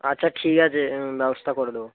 আচ্ছা ঠিক আছে ব্যবস্থা করে দেবো